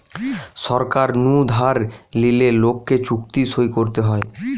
সরকার নু ধার লিলে লোককে চুক্তি সই করতে হয়